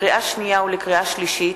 לקריאה שנייה ולקריאה שלישית: